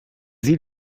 sie